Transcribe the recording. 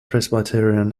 presbyterian